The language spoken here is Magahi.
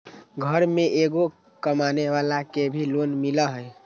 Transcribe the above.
घर में एगो कमानेवाला के भी लोन मिलहई?